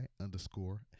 underscore